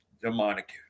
demonic